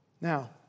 Now